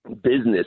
business